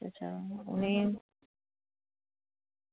अच्छा में